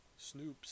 Snoops